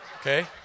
Okay